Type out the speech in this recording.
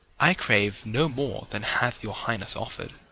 i crave no more than hath your highness offer'd,